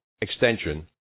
extension